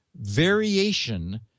variation